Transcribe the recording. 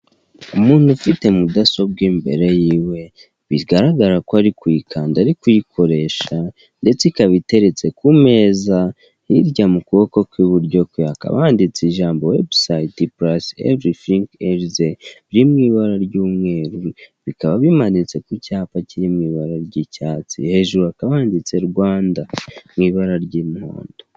Umuntu ufite mudasobwa imbere yiwe bigaragara ko ari kuyikanda ari kuyikoresha ndetse ikaba iteretse ku meza, hirya mu kuboko kw'iburyo kwe hakaba handitse ijambo webusayiti pulase egefinki izi riri mu ibara ry'umweru bikaba bimanitse ku cyapa kiri mu ibara ry'icyatsi hejuru akaba handitse Rwanda mu ibara ry'umuhondo.